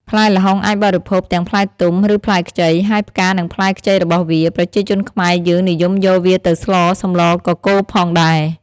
ផ្លែល្ហុងអាចបរិភោគទាំងផ្លែទុំ ឬផ្លែខ្ចី ហើយផ្កានិងផ្លែខ្ចីរបស់វា ប្រជាជនខ្មែរយើងនិយមយកវាទៅស្លសម្លកកូរផងដែរ។